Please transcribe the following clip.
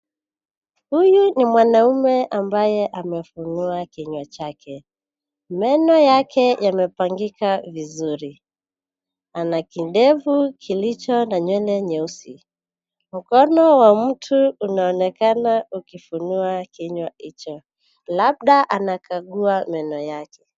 Huyu ni mwanaume ambaye amefunua kinywa chake. Meno yake yamepangika vizuri. Ana kidevu kilicho na nywele nyeusi. Mkono wa mtu unaonekana ukifunua kinywa hicho, labda anakagua meno yake.